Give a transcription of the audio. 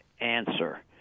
answer